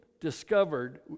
discovered